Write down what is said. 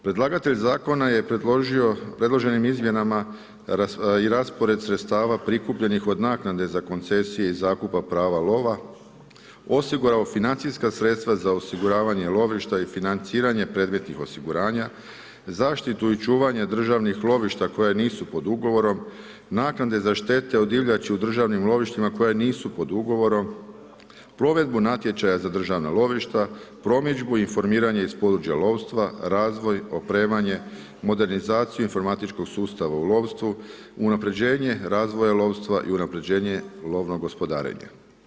Predlagatelj zakona je predložio predloženim izmjenama i raspored sredstava prikupljenih od naknade za koncesije i zakupa prava lova, osigurao financijska sredstva za osiguravanje lovišta i financiranje predmetnih osiguranja, zaštitu i čuvanje državnih lovišta koje nisu pod ugovorom, naknade za štete od divljači u državnim lovištima koje nisu pod u govorom, provedbu natječaja za državna lovišta, promidžba informiranje iz područja lovstva, razvoj, opremanje, modernizaciju informatičkog sustava u lovstvu, unapređenje, razvoja lovstva i unapređenje lovnog gospodarenja.